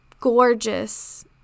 gorgeous